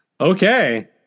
Okay